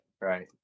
Right